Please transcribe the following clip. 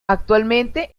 actualmente